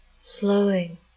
slowing